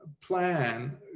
plan